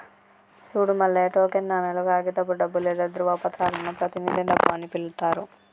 సూడు మల్లయ్య టోకెన్ నాణేలు, కాగితపు డబ్బు లేదా ధ్రువపత్రాలను ప్రతినిధి డబ్బు అని పిలుత్తారు